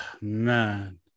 man